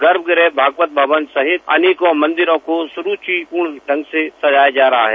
गर्भगृह भागवत भवन सहित अनेक मंदिरों को सुरूचिपूर्ण ढंग से जगमग किया जा रहा है